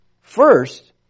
First